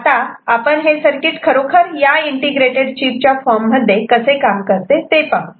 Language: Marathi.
आता आपण हे सर्किट खरोखर या इंटिग्रेटेड चीपच्या फॉर्ममध्ये कसे काम करते ते पाहू